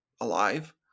alive